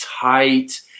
tight